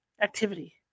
Activity